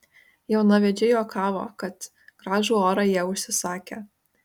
jaunavedžiai juokavo kad gražų orą jie užsisakę